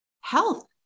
health